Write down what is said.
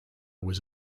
was